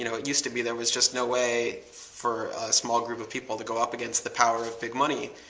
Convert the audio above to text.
you know it used to be there was just no way for a small group of people to go up against the power of big money,